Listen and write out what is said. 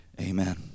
Amen